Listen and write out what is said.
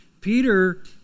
Peter